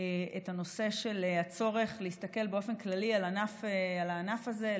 את הנושא של הצורך להסתכל באופן כללי על הענף הזה,